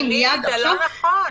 נילי, זה לא נכון.